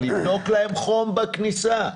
לבדוק להם חום בכניסה.